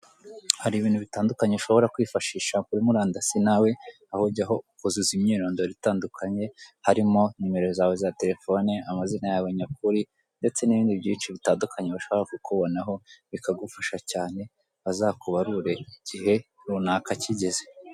Hari ibintu bitandukanye ushobora kwifashisha kuri murandasi nawe, aho ujyaho ukuzuza imyirondoro itandukanye harimo nimero zawe za telefone, amazina yawe nyakuri, ndetse n'ibindi byinshi bitandukanye bashobora kukubonaho bikagufasha cyane bazakubarure igihe runaka kigeze.